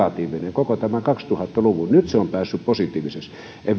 koko tämän kaksituhatta luvun nyt se on päässyt positiiviseksi